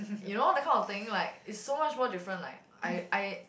you know that kind of thing like it's so much more different like I I